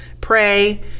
pray